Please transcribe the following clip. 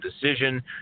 decision